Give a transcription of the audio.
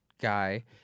guy